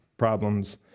problems